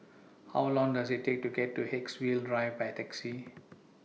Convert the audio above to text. How Long Does IT Take to get to Haigsville Drive By Taxi